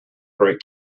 great